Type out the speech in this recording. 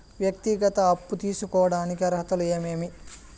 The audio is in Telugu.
వ్యక్తిగత అప్పు తీసుకోడానికి అర్హతలు ఏమేమి